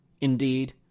Indeed